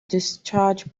discharge